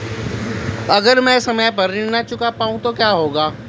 अगर म ैं समय पर ऋण न चुका पाउँ तो क्या होगा?